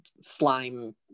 slime